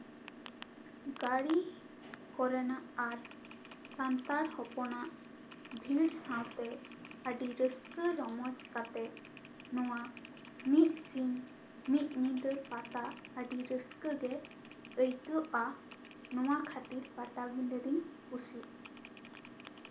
ᱜᱟᱹᱰᱤ ᱠᱚᱨᱮᱱᱟᱜ ᱟᱨ ᱥᱟᱱᱛᱟᱲ ᱦᱚᱯᱚᱱᱟᱜ ᱵᱷᱤᱲ ᱥᱟᱶᱛᱮ ᱟᱹᱰᱤ ᱨᱟᱹᱥᱠᱟᱹ ᱨᱚᱢᱚᱡᱽ ᱠᱟᱛᱮᱜ ᱱᱚᱣᱟ ᱢᱤᱫ ᱥᱤᱧ ᱢᱤᱫ ᱧᱤᱫᱟᱹ ᱯᱟᱛᱟ ᱟᱹᱰᱤ ᱨᱟᱹᱥᱠᱟᱹ ᱜᱮ ᱟᱹᱭᱠᱟᱹᱜᱼᱟ ᱱᱚᱣᱟ ᱠᱷᱟᱹᱛᱤᱨ ᱯᱟᱴᱟᱵᱤᱱᱫᱟᱹ ᱫᱚᱧ ᱠᱩᱥᱤᱭᱟᱜᱼᱟ